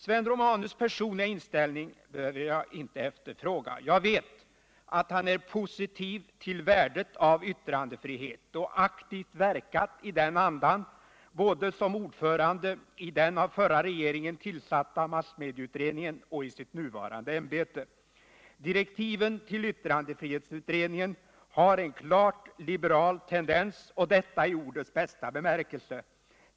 Sven Romanus personliga inställning behöver jag inte efterfråga. Jag vet att han är positiv till värdet av yttrandefrihet och aktivt verkat i den andan både som ordförande i den av förra regeringen tillsatta massmedieutredningen och i sitt nuvarande ämbete. Direktiven till yttrandefrihetsutredningen har en klart liberal tendens, och detta i ordets bästa bemärkelse.